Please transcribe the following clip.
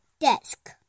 desk